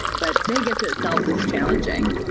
but vegas itself is challenging.